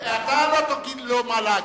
אתה לא תגיד לו מה להגיד.